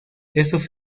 estos